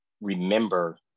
remember